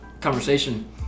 conversation